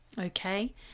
okay